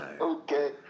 Okay